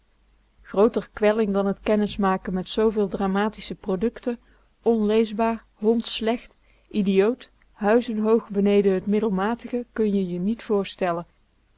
grooter kwelling dan t kennismaken met zooveel dramatische producten onleesbaar hondschslecht idioot huizenhoog beneden t middelmatige kun je je niet voorstellen